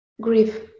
grief